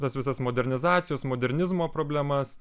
tas visas modernizacijos modernizmo problemas